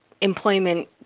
employment